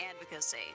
advocacy